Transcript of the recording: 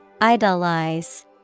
Idolize